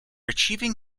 achieving